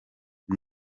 ati